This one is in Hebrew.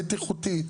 בטיחותית,